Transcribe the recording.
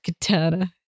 katana